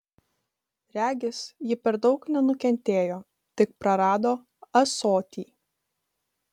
regis ji per daug nenukentėjo tik prarado ąsotį